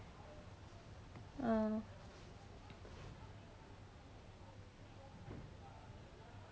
oh okay so what like sekarang like what line you you at like uh what industry